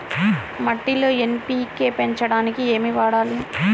మట్టిలో ఎన్.పీ.కే పెంచడానికి ఏమి వాడాలి?